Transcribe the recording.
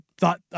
thought